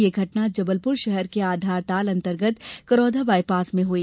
यह घटना जबलपुर शहर के आधारताल अंतर्गत करौदा बायपास में हई